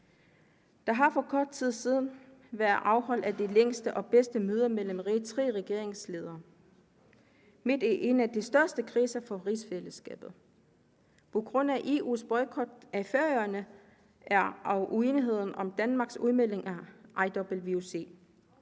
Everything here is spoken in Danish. Der har for kort tid siden været afholdt et af de længste og bedste møder mellem rigsfællesskabets tre regeringsledere midt i en af de største kriser for rigsfællesskabet. På grundlag af EU's boykot af Færøerne er uenigheden der om Danmarks udmeldinger i IWC.